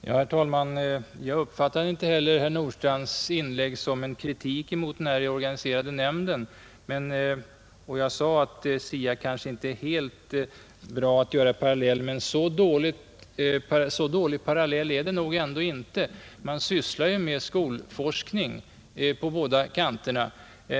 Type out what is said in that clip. Herr talman! Jag uppfattade inte heller herr Nordstrandhs inlägg som en kritik mot den reorganiserade nämnden och jag sade att det kanske inte är helt bra att dra en parallell med SIA, men det är nog inte en så dålig parallell i alla fall. Man sysslar ändå med skolforskning på båda kanterna.